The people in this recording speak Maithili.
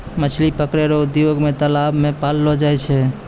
मछली पकड़ै रो उद्योग मे तालाब मे पाललो जाय छै